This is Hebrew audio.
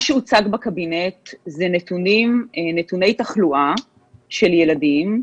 מה שהוצג בקבינט זה נתוני התחלואה של ילדים,